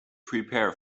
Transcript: prepare